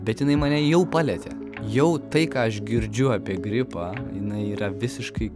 bet jinai mane jau palietė jau tai ką aš girdžiu apie gripą jinai yra visiškai